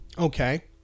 Okay